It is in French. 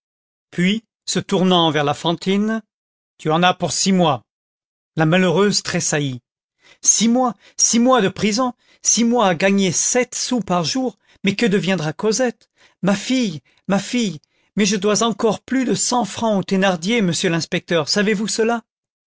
puis se tournant vers la fantine tu en as pour six mois la malheureuse tressaillit six mois six mois de prison six mois à gagner sept sous par jour mais que deviendra cosette ma fille ma fille mais je dois encore plus de cent francs aux thénardier monsieur l'inspecteur savez-vous cela